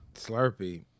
Slurpee